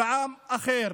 בעם אחר.